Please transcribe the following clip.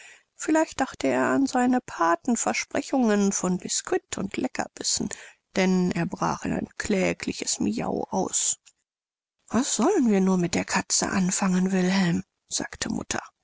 vielleicht dachte er an seiner pathen versprechungen von bisquit und leckerbissen denn er brach in ein klägliches miau aus was sollen wir nur mit der katze anfangen wilhelm sagte die mutter